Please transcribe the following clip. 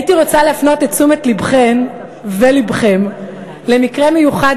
הייתי רוצה להפנות את תשומת לבכן ולבכם למקרה מיוחד